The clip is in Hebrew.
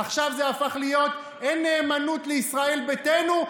עכשיו זה הפך להיות: אין נאמנות לישראל ביתנו,